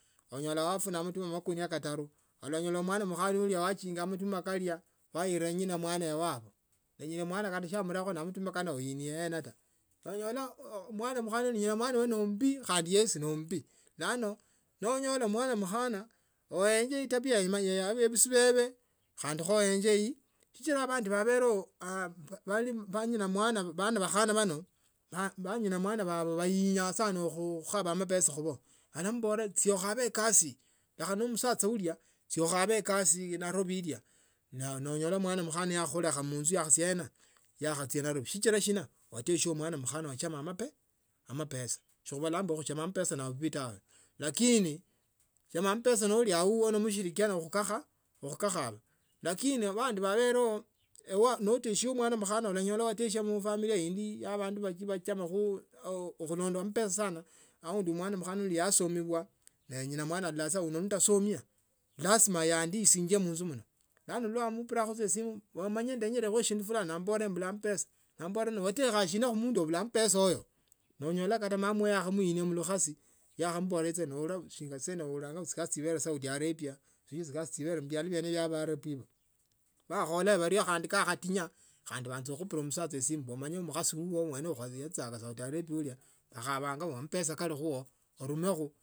Onyola bulamu bwakhuanza khuba butinyu nowenya bulamu bubee sa bulayi baa nende bindu khusindu oba nokholonga shindu oba nokholange shilia neshindu shikwame shindu shilosumbula wasio taa baa nende bidii nikhali ne khulima lima nende bidii noli mwana wa eskuli ochia khusikuli osome nende amasomo kokonende bidii wicho kunyila bulamu bubwo nyasaye umanye khandi noenya uli nendo bidii alakhuikulia milango cho ulaperenge chonyala khuikula tawe na onyola bulamu bubwo bwakhaba bulayi noli nonukanga chingokho onyola saa chingokho chichyo chili saa bulayi lakini noba mundu wa kuichimilisya noli mundu walaana luyali tawe nonyola kate ingombe aundi noruka ango imala chimiesi chitanu chinne ifuile achaka khureba sichila chingombe chino chifwa nomba chingokho chino chifwa ni shina ne mundu yakhandoka kumbe ne etabia iyo ibibi siwenya wasio ta nomba aundi walikho abundu nonyola engombe ya omundu imoni nefutukha nomba walikho abundu noira ingokho ya mundu shilenge nomba wainye kwa imononi ingombe nefutukha kho basi wesi si uruka ingombe taa nonyola nawaikanire mubwoni mumwo tawe ebindu bene ibi khubiruka ne khuba butinyu nonyola bulamu bwakhaanza bure sichila bulamu bwene ubo etabia indi khandi isichinzianga khandi ne bana bene khulila bano sanasana bana ba shikhana onyole mwana wichire umaide omwane mukhana uteshele abundu.